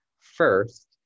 first